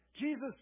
Jesus